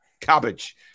cabbage